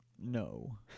No